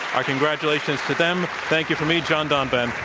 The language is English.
our congratulations to them. thank you from me, john donvan.